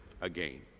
again